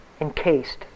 Encased